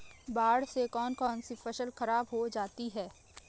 बाढ़ से कौन कौन सी फसल खराब हो जाती है?